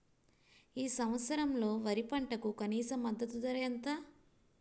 ఈ సంవత్సరంలో వరి పంటకు కనీస మద్దతు ధర ఎంత?